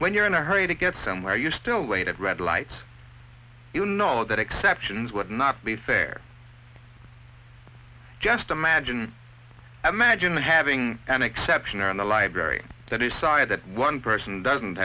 when you're in a hurry to get somewhere you still wait at red light you know that exceptions would not be fair just imagine imagine having an exception on the library that is side that one person doesn't